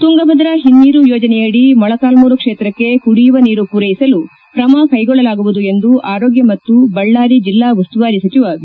ತುಂಗಾಭದ್ರಾ ಹಿನ್ನೀರು ಯೋಜನೆಯಡಿ ಮೊಳಕಾಲ್ಮುರು ಕ್ಷೇತ್ರಕ್ಕೆ ಕುಡಿಯುವ ನೀರು ಪೂರೈಸಲು ಕ್ರಮಕ್ಕೆಗೊಳ್ಳಲಾಗುವುದು ಎಂದು ಆರೋಗ್ಯ ಮತ್ತು ಬಳ್ಳಾರಿ ಜಿಲ್ಲಾ ಉಸ್ತುವಾರಿ ಸಚಿವ ಬಿ